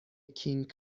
کینگ